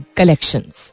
collections